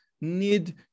need